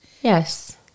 Yes